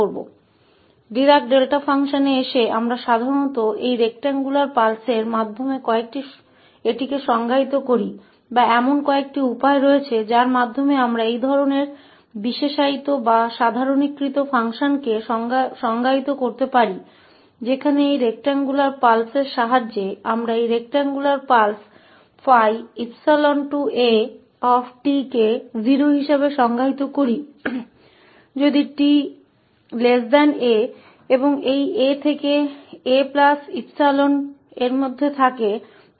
Refer Slide 0034 इसलिए Dirac delta function में आकर हम आमतौर पर इसे इस आयताकार पल्स के माध्यम से परिभाषित करते हैं या ऐसे कई तरीके हैं जिनके द्वारा हम ऐसे विशेष या सामान्यीकृत फ़ंक्शन को परिभाषित कर सकते हैं जहां इस आयताकार पल्स की सहायता से हम इस आयताकार पल्स को परिभाषित करते हैं 𝜙𝜖a के रूप में 0 यदि 𝑡 𝑎 और इस 𝑎 से 𝑎 𝜖 के बीच हम इसे 1𝜖 के रूप में परिभाषित करते हैं